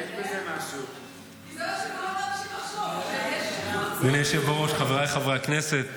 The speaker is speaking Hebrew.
אדוני היושב בראש, חבריי חברי הכנסת,